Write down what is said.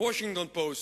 ב"וושינגטון פוסט",